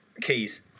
keys